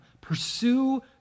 Pursue